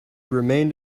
remained